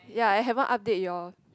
ya I haven't update you all